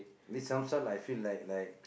with some sort I feel like like